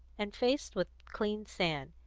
and faced with clean sand,